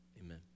Amen